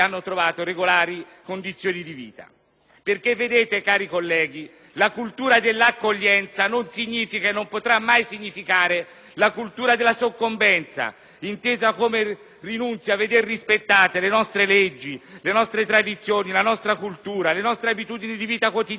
la cultura dell'accoglienza non significa e non potrà mai significare la cultura della soccombenza, intesa come rinunzia a veder rispettate le nostre leggi, le nostre tradizioni, la nostra cultura, le nostre abitudini di vita quotidiana, i nostri valori etici e morali, le nostre convinzioni religiose.